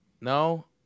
No